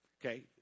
okay